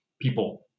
people